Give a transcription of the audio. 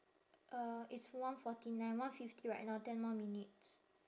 uh it's one forty nine one fifty right now ten more minutes